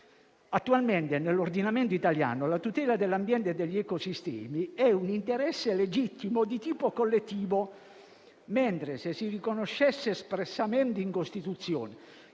Attualmente, nell'ordinamento italiano la tutela dell'ambiente e degli ecosistemi è un interesse legittimo di tipo collettivo, mentre, se si riconoscesse espressamente in Costituzione